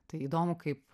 tai įdomu kaip